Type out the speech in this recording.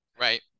Right